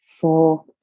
four